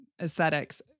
aesthetics